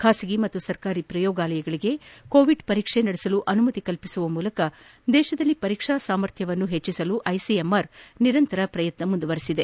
ಖಾಸಗಿ ಹಾಗೂ ಸರ್ಕಾರಿ ಪ್ರಯೋಗಾಲಯಗಳಿಗೆ ಕೋವಿಡ್ ಪರೀಕ್ಷೆ ನಡೆಸಲು ಅನುಮತಿ ಕಲ್ಲಿಸುವ ಮೂಲಕ ದೇಶದಲ್ಲಿ ಪರೀಕ್ಷಾ ಸಾಮಥ್ಯವನ್ನು ಹೆಚ್ಚಿಸಲು ಐಸಿಎಂಆರ್ ನಿರಂತರ ಪ್ರಯತ್ನ ನಡೆಸುತ್ತಿದೆ